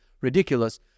ridiculous